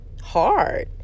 hard